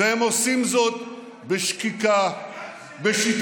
והם עושים זאת בשקיקה, בשיטתיות.